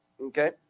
Okay